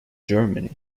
germany